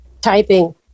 typing